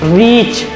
reach